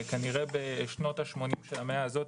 כנראה בשנות ה-80 של המאה הזאת,